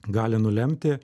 gali nulemti